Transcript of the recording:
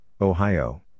Ohio